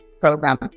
program